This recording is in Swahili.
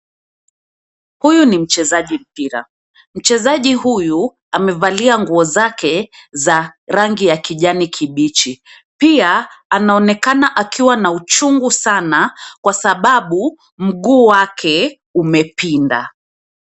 Huyu ni mchezaji mpira. Mchezaji huyu, amevalia nguo zake za rangi ya kijani kibichi, pia, anaonekana akiwa na uchungu sana kwa sababu mguu wake umepinda.